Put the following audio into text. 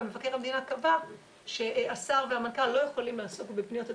מבקר המדינה קבע שהשר והמנכ"ל לא יכולים לעסוק בפניות הציבור,